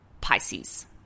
Pisces